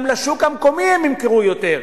גם לשוק המקומי הם ימכרו יותר.